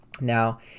Now